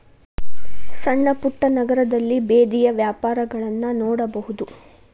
ಸಣ್ಣಪುಟ್ಟ ನಗರದಲ್ಲಿ ಬೇದಿಯ ವ್ಯಾಪಾರಗಳನ್ನಾ ನೋಡಬಹುದು